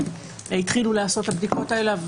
התחילו לעשות את הבדיקות האלה,